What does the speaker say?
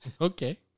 Okay